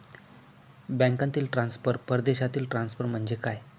बँकांतील ट्रान्सफर, परदेशातील ट्रान्सफर म्हणजे काय?